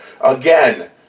Again